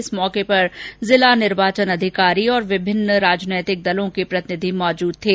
इस मौके पर जिला निर्वाचन अधिकारी और विभिन्न राजनैतिक दलों के प्रतिनिधि मौजूद थे